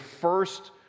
first